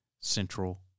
Central